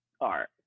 Art